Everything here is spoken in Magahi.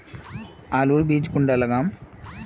आलूर बीज कुंडा लगाम?